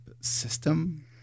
system